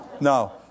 No